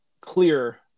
clear